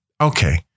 okay